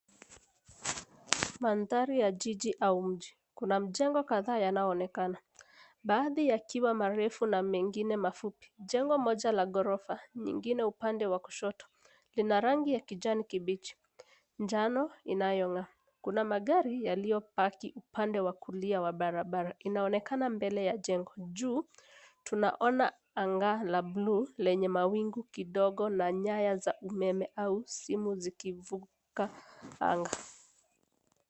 Mandhari ya jiji au mji, kuna mijengo madhara yanayoonekana. Baadhi yakiwa marefu na mengine mafupi. Jengo moja la ghorofa nyingine upande wa kushoto lina rangi ya kijani kibichi na manjano inayong'aa. Kuna magari yaliyobaki upande wa kulia wa barabara inaonekana mbele ya jengo, juu tunaona anga la bluu lenye mawingu kidogo na nyaya za umeme au simu zikivuka anga.